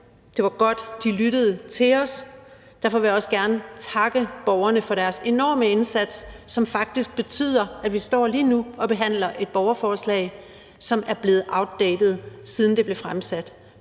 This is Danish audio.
Det var godt, de lyttede til os, og derfor vil jeg også gerne takke borgerne for deres enorme indsats, som faktisk betyder, at vi lige nu står og behandler et borgerforslag, som er blevet outdated, siden det blev fremsat.